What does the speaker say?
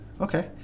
Okay